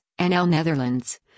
NL-Netherlands